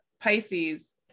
Pisces